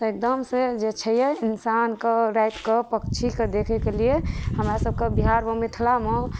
तऽ एकदम से जे छै इन्सानके राति कऽ पक्षी कऽ देखै कऽ लिए हमरा सब कऽ बिहारमे मिथिलामे